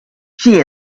she